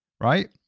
right